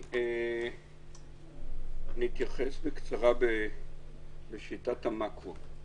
אני אתייחס בקצרה בשיטת המקרו.